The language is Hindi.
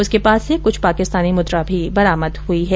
उसके पास से क्छ पाकिस्तानी मुद्रा भी बरामद हुई है